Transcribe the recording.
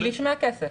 שליש מהכסף.